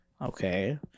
Okay